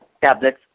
tablets